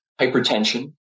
hypertension